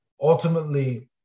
ultimately